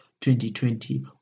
2020